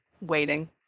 waiting